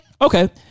okay